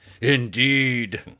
Indeed